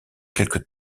quelque